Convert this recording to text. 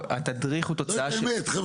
התדריך הוא תוצאה של --- באמת חבר'ה,